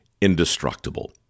indestructible